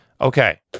Okay